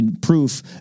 proof